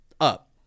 up